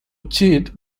cheat